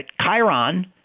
Chiron